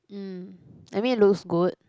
mm I mean it looks good